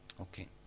Okay